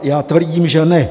Já tvrdím, že ne!